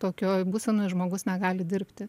tokioj būsenoj žmogus negali dirbti